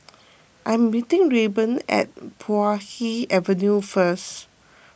I am meeting Rayburn at Puay Hee Avenue first